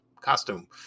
costume